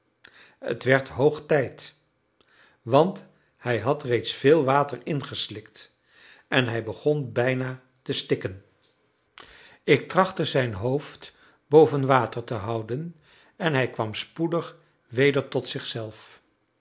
het werd hoog tijd want hij had reeds veel water ingeslikt en hij begon bijna te stikken ik trachtte zijn hoofd boven water te houden en hij kwam spoedig weder tot